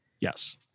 Yes